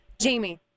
Jamie